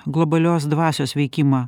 globalios dvasios veikimą